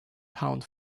pound